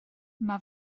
mae